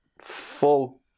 full